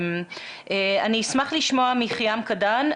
אני אשמח לשמוע מחיאם קעאדן,